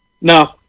No